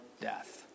death